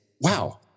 wow